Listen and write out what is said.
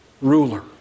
ruler